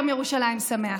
יום ירושלים שמח.